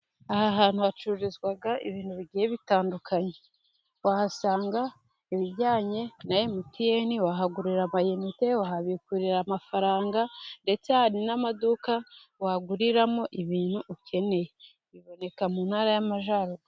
Aha hantu hacururizwa ibintu bigiye bitandukanye, wahasanga ibijyanye na mtn, wahagurira amayinite, wahabikurira amafaranga, ndetse hari n'amaduka waguriramo ibintu ukeneye biboneka mu ntara y'amajyaruguru.